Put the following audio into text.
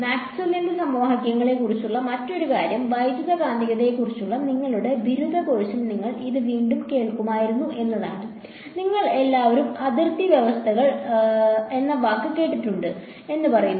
മാക്സ്വെല്ലിന്റെ സമവാക്യങ്ങളെക്കുറിച്ചുള്ള മറ്റൊരു കാര്യം വൈദ്യുതകാന്തികതയെക്കുറിച്ചുള്ള നിങ്ങളുടെ ബിരുദ കോഴ്സിൽ നിങ്ങൾ ഇത് വീണ്ടും കേൾക്കുമായിരുന്നു എന്നതാണ് നിങ്ങൾ എല്ലാവരും അതിർത്തി വ്യവസ്ഥകൾ എന്ന വാക്ക് കേട്ടിട്ടുണ്ടെന്ന് പറയുന്നു